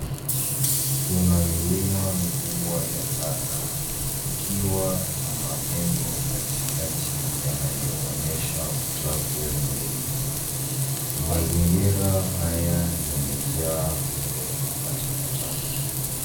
Kuna milima mikubwa ya taka ikiwa na mapengo yanayoonyesha uchafu mwingi. Mazingira haya yemejaa rundo la takataka.